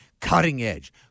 cutting-edge